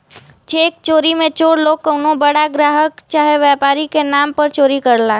check चोरी मे चोर लोग कउनो बड़ा ग्राहक चाहे व्यापारी के नाम पर चोरी करला